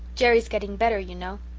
jerry's getting better, you know.